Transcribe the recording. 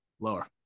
Lower